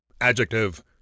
Adjective